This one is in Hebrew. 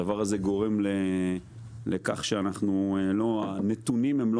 הדבר הזה גורם לכך שהנתונים הם לא